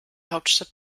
hauptstadt